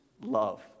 love